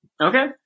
Okay